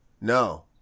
No